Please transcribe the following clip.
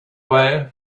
way